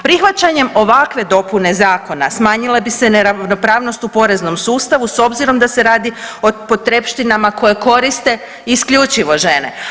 Prihvaćanjem ovakve dopune zakona smanjila bi se neravnopravnost u poreznom sustavu s obzirom da se radi o potrepštinama koje koriste isključivo žene.